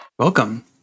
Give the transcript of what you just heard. Welcome